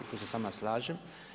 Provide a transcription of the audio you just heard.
I tu se sa vama slažem.